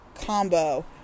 combo